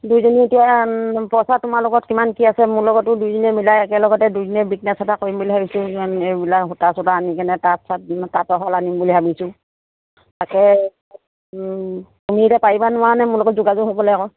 দুইজনী এতিয়া পইচা তোমাৰ লগত কিমান কি আছে মোৰ লগতো দুইজনীয়ে মিলাই একেলগতে দুইজনীয়ে বিজনেছ এটা কৰিম বুলি ভাবিছোঁ এইবিলাক সূতা চূতা আনি কিনে তাঁত চাত তাঁতৰ শাল আনিম বুলি ভাবিছোঁ তাকে তুমি এতিয়া পাৰিবা নোৱাৰানে মোৰ লগত যোগাযোগ হ'বলে আকৌ